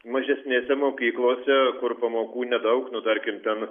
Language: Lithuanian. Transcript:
mažesnėse mokyklose kur pamokų nedaug nu tarkim ten